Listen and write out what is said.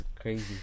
crazy